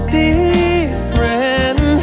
different